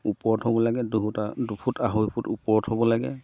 ওপৰত হ'ব লাগে দুফুটা দুফুট আঢ়ৈ ফুট ওপৰত হ'ব লাগে